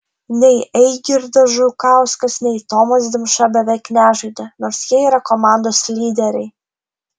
nei eigirdas žukauskas nei tomas dimša beveik nežaidė nors jie yra komandos lyderiai